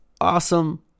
awesome